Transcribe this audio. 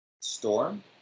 Storm